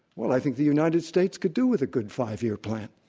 well, i think the united states could do with a good five-year plan.